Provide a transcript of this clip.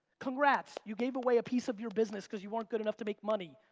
congrats, you gave away a piece of your business because you weren't good enough to make money.